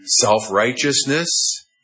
self-righteousness